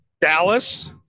Dallas